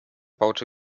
baute